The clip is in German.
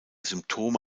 symptome